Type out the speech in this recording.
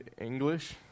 English